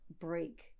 break